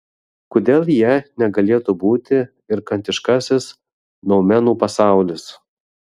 kodėl ja negalėtų būti ir kantiškasis noumenų pasaulis